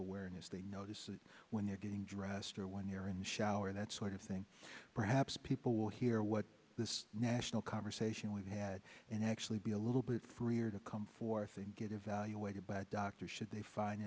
awareness day notice when you're getting dressed or when you're in the shower that sort of thing perhaps people will hear what this national conversation we've had and actually be a little bit freer to come forth and get evaluated by a doctor should they find